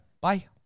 Bye